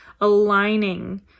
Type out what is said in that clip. aligning